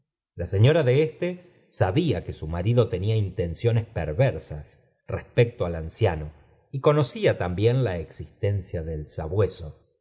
la cñora de éste sabía que su marido tenía intencionen pervorsas respecto al anciano y munida también la exlbtoncia del sabueso